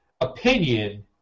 opinion